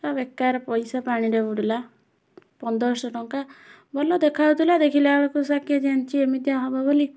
ପୂରା ବେକାର ପଇସା ପାଣିରେ ବୁଡ଼ିଲା ପନ୍ଦରଶହ ଟଙ୍କା ଭଲ ଦେଖାଯାଉଥିଲା ଦେଖିଲା ବେଳକୁ ସେ କିଏ ଜାଣିଛି ଏମିତିଆ ହବ ବୋଲି